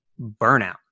burnout